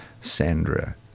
Sandra